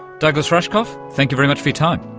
douglas rushkoff, thank you very much for your time.